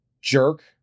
jerk